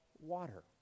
water